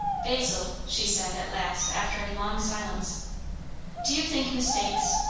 basil, she said at last after a long silence do you think mistakes,